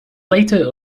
later